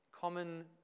common